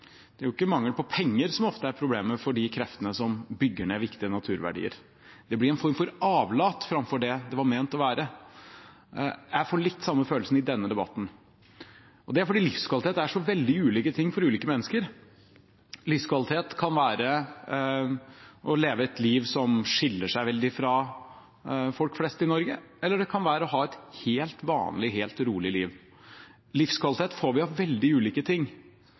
Det er jo ikke mangel på penger som ofte er problemet for de kreftene som bygger ned viktige naturverdier. Det blir en form for avlat – framfor det det var ment å være. Jeg får litt den samme følelsen i denne debatten. Det er fordi livskvalitet er så veldig ulike ting for ulike mennesker. Livskvalitet kan være å leve et liv som skiller seg veldig fra livet til folk flest i Norge, eller det kan være å ha et helt vanlig, helt rolig, liv. Livskvalitet får vi av veldig ulike ting.